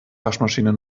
waschmaschine